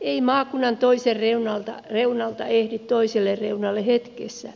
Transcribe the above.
ei maakunnan toiselta reunalta ehdi toiselle reunalle hetkessä